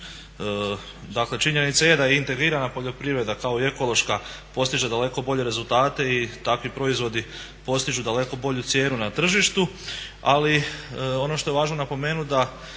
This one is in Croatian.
Dakle činjenica je da integrirana poljoprivreda kao i ekološka postiže daleko bolje rezultate i takvi proizvodi postižu daleko bolju cijenu na tržištu. Ali ono što je važno napomenut, da